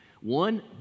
One